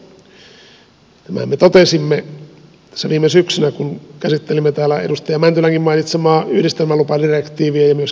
tämän me totesimme tässä viime syksynä kun käsittelimme täällä edustaja mäntylänkin mainitsemaa yhdistelmälupadirektiiviä ja myöskin rajat ylittävää terveydenhuoltoa